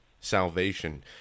salvation